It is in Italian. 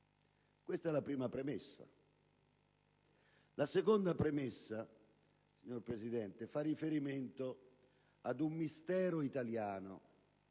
Questa è la prima premessa. La seconda premessa, signora Presidente, fa riferimento a un mistero italiano,